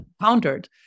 encountered